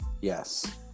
Yes